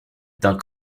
d’un